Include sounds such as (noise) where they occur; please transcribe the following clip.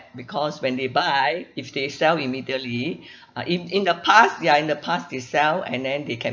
because when they buy if they sell immediately (breath) uh in in the past ya in the past they sell and then they can